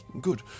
Good